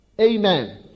Amen